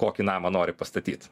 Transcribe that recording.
kokį namą nori pastatyt